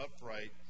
upright